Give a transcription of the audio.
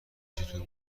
چطور